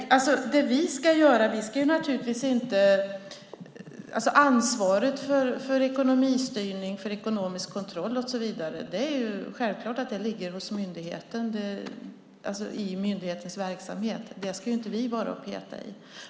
Ansvaret för ekonomistyrning, ekonomisk kontroll och så vidare ligger självklart hos myndigheten i dess verksamhet. Det ska vi inte peta i.